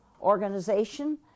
organization